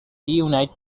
reunite